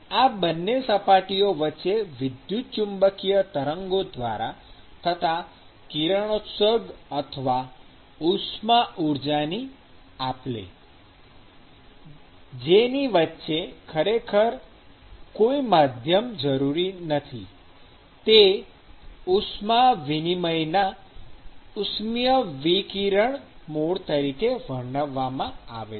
આ બંને સપાટીઓ વચ્ચે વિદ્યુત ચુંબકીય તરંગો દ્વારા થતાં કિરણોત્સર્ગ અથવા ઉષ્મા ઊર્જા ની આપ લે જેની વચ્ચે ખરેખર કોઈ માધ્યમ જરૂરી નથી તે ઉષ્મા વિનિમયના ઉષ્મિયવિકિરણ મોડ તરીકે વર્ણવવામાં આવે છે